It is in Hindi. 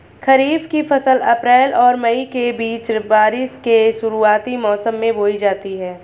खरीफ़ की फ़सल अप्रैल और मई के बीच, बारिश के शुरुआती मौसम में बोई जाती हैं